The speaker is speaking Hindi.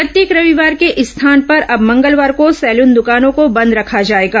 प्रत्येक रविवार के स्थान पर अब मंगलवार को सेलन दकानों को बंद रखा जाएगा